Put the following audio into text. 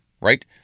Right